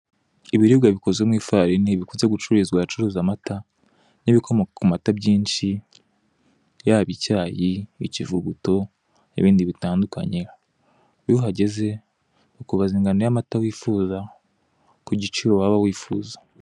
Ibiribwa bikozwe mu ifarini bikunzwe gucuruzwa ahacururizwa amata, n'ibikomoka ku mata byinshi: yaba icyayi, ikivuguto ni ibindi bitandukanye. Iyo uhageze bakubaza ingano y'amata wifuza, kugiciro waba wifuza.